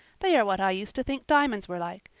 they are what i used to think diamonds were like.